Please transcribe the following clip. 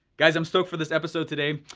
guys, i'm stoked for this episode today.